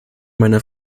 meiner